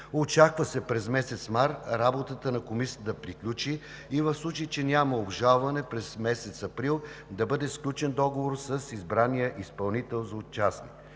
Очаква се през месец март работата на комисията да приключи и в случай че няма обжалване, през месец април да бъде сключен договор с избрания за изпълнител участник.